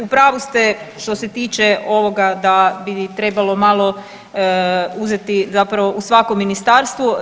U pravu ste što se tiče ovoga da bi trebalo malo uzeti, zapravo u svakom ministarstvu.